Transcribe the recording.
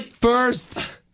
First